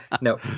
No